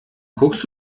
guckst